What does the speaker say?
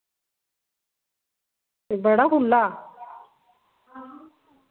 बड़ा खुल्ला